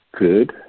good